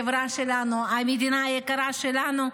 החברה שלנו, המדינה היקרה שלנו,